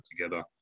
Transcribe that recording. together